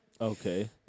Okay